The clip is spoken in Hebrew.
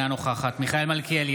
אינה נוכחת מיכאל מלכיאלי,